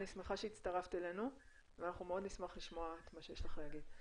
אני שמחה שהצטרפת אלינו ואנחנו מאוד נשמח לשמוע מה שיש לך להגיד.